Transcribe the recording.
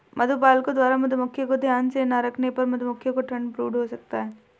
मधुपालकों द्वारा मधुमक्खियों को ध्यान से ना रखने पर मधुमक्खियों को ठंड ब्रूड हो सकता है